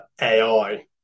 AI